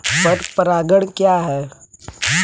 पर परागण क्या है?